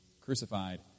crucified